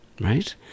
right